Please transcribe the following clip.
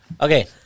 Okay